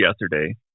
yesterday